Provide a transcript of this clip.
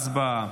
הצבעה.